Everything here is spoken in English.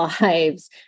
lives